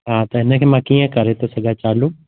हा त हिनखे मां कीअं करे थो सघां चालू